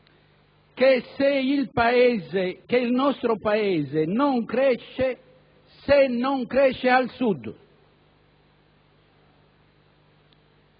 che il nostro Paese non cresce se non cresce al Sud,